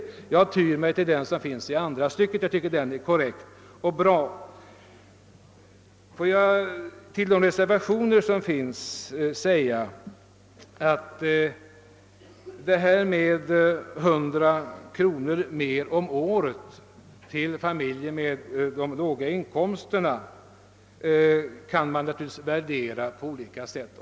Jag tyr mig till uttalandet i andra stycket, som är korrekt och bra. Reservanternas förslag om 100 kronor mer om året till barnfamiljer med låga inkomster kan man naturligtvis värdera på olika sätt.